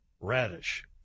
Radish